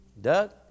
Doug